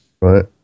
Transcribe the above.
Right